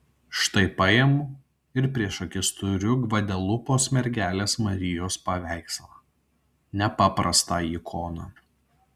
štai paimu ir prieš akis turiu gvadelupos mergelės marijos paveikslą nepaprastą ikoną